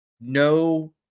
no